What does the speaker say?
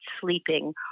sleeping